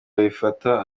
babifata